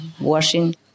washing